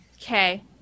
Okay